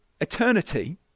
eternity